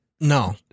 no